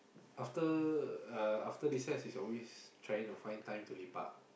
after uh after recess is always trying to find time to lepak